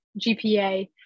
gpa